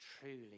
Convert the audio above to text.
truly